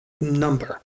number